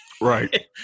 Right